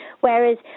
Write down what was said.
whereas